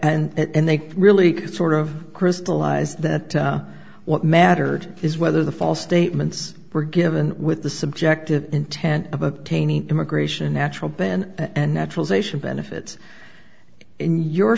here and they really sort of crystallize that what mattered is whether the false statements were given with the subjective intent of obtaining immigration natural bent and naturalization benefits and you're